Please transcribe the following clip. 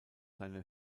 seine